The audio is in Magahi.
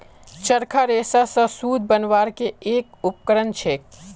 चरखा रेशा स सूत बनवार के एक उपकरण छेक